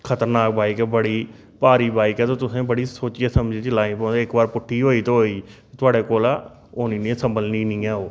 खतरनाक बाइक ऐ बड़ी भारी बाइक ऐ ते तुसें बड़ी सोचियै समझी चलानी पौंदी इक बार पुट्ठी होई गेई ते होई गेई थोआड़े कोला होनी नी संभलनी नी ऐ ओह्